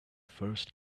first